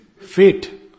Fate